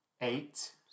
eight